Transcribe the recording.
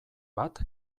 bat